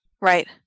Right